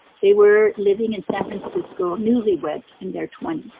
they were living in san francisco, newlyweds in their twenty